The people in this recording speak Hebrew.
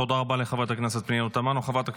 תודה רבה לחברת הכנסת פנינה תמנו.